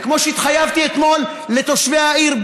וכמו שהתחייבתי אתמול לתושבי העיר,